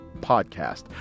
podcast